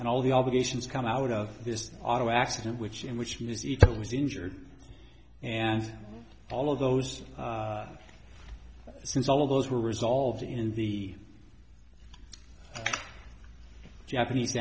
and all the obligations come out of this auto accident which in which he was either was injured and all of those since all of those were resolved in the japanese